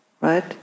right